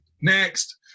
Next